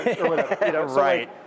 Right